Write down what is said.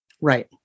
Right